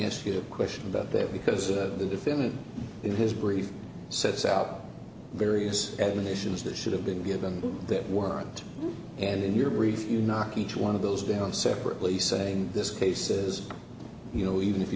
ask you a question about that because the defendant in his brief sets out various admonitions that should have been given that weren't and in your brief you knock each one of those down separately citing this cases you know even if you